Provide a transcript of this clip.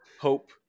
Hope